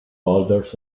boulders